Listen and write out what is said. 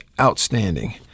outstanding